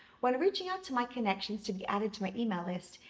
when reaching out to my connections to be added to my email list,